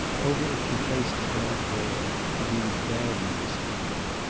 over it she placed a dark veil, for she was badly disfigured.